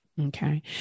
Okay